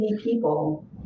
people